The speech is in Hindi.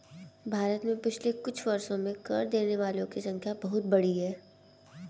भारत में पिछले कुछ वर्षों में कर देने वालों की संख्या बहुत बढ़ी है